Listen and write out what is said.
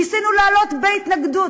ניסינו להעלות בהתנגדות,